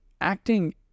Acting